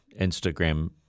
Instagram